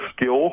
skill